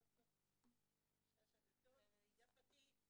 ד"ר שאשא ביטון, יפתי,